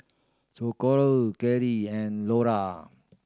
Socorro Clydie and Lora